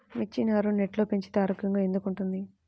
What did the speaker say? మిర్చి నారు నెట్లో పెంచితే ఆరోగ్యంగా ఎందుకు ఉంటుంది?